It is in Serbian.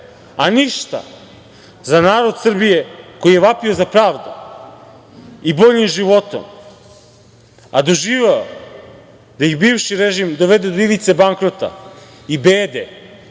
a ništa za narod Srbije koji je vapio za pravdom i boljim životom, a doživeo da ih bivši režim dovede do ivice bankrota i bede.